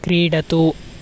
क्रीडतु